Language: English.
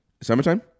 Summertime